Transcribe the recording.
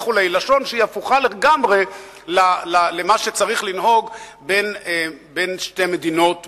לשון שהפוכה לגמרי למה שצריך לנהוג בין שתי מדינות בכלל,